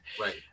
Right